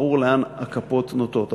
ברור לאן הכפות נוטות.